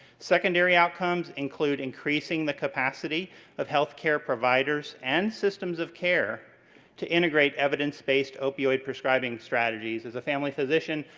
secondary outcomes include increasing the capacity of healthcare providers and systems of care to integrate evidence-based opioid prescribing strategies. as a family physician,